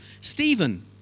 Stephen